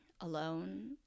alone